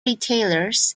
retailers